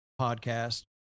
podcast